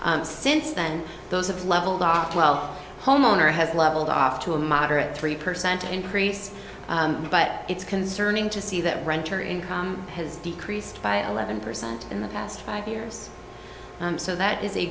time since then those have leveled off well homeowner has leveled off to a moderate three percent increase but it's concerning to see that renter income has decreased by eleven percent in the past five years so that is a